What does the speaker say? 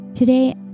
Today